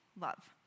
love